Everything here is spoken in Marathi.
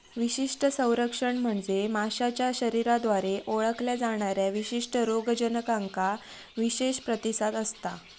विशिष्ट संरक्षण म्हणजे माशाच्या शरीराद्वारे ओळखल्या जाणाऱ्या विशिष्ट रोगजनकांका विशेष प्रतिसाद असता